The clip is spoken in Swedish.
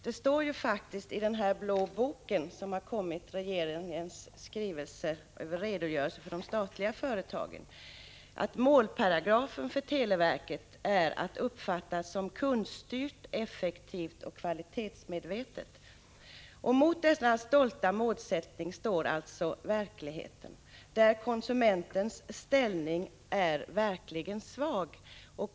Det står faktiskt i den här blå boken, regeringens redogörelse för de statliga verken, att målparagrafen för televerket är att det skall uppfattas som kundstyrt, effektivt och kvalitetsmedvetet. Mot dessa stolta mål står alltså verkligheten, där konsumentens ställning verkligen är svag.